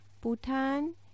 Bhutan